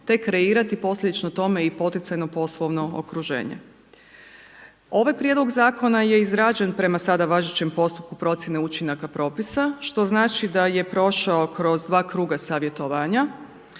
te kreirati posljedično tome i poticajno poslovno okruženje. Ovaj prijedlog zakona je izrađen prema sada važećem postupku procjene učinaka propisa što znači da je prošao kroz dva kruga savjetovanja.